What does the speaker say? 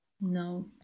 No